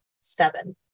seven